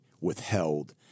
withheld